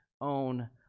own